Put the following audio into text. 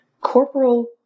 Corporal